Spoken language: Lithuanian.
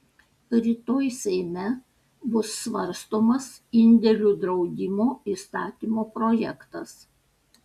rytoj seime bus svarstomas indėlių draudimo įstatymo projektas